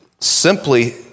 simply